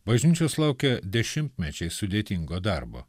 bažnyčios laukia dešimtmečiai sudėtingo darbo